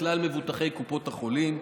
לכלל מבוטחי קופות החולים.